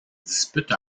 dispute